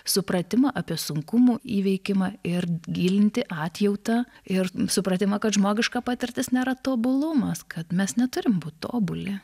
supratimą apie sunkumų įveikimą ir gilinti atjautą ir supratimą kad žmogiška patirtis nėra tobulumas kad mes neturim būti tobuli